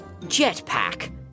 jetpack